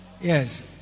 Yes